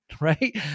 right